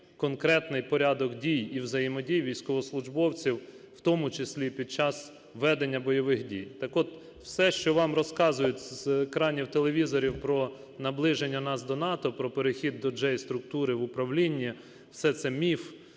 конкретний порядок дій і взаємодій військовослужбовців, у тому числі й під час ведення бойових дій. Так от все, що вам розказують з екранів телевізорів про наближення нас до НАТО, про перехід до J-структури в управлінні – все це міф,